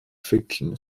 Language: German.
fiction